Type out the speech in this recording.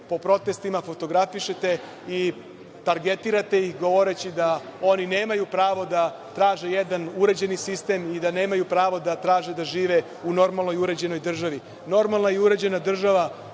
po protestima, fotografišete i targetirate ih govoreći da oni nemaju pravo da traže jedan uređeni sistem i da nemaju pravo da traže da žive u normalnoj i uređenoj državi. Normalna i uređena država